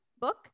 book